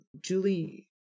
Julie